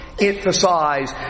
emphasize